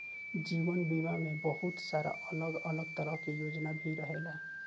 जीवन बीमा में बहुत सारा अलग अलग तरह के योजना भी रहेला